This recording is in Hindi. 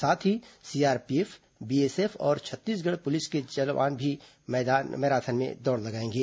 साथ ही सीआरपीएफ बीएसएफ और छत्तीसगढ़ पुलिस बल के जवान भी मैराथन में दौड़ लगाएंगे